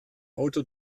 auto